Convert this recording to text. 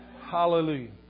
Hallelujah